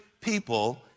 people